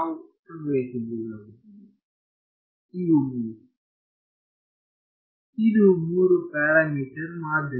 ಇವು ಮೂರು ಇದು ಮೂರು ಪ್ಯಾರಾಮೀಟರ್ ಮಾದರಿ